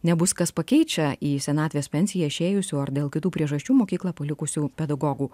nebus kas pakeičia į senatvės pensiją išėjusių ar dėl kitų priežasčių mokyklą palikusių pedagogų